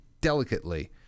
delicately